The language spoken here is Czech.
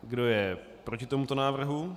Kdo je proti tomuto návrhu?